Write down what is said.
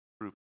group